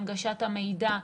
הנגשת המידע,